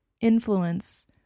influence